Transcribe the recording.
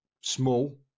small